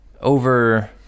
over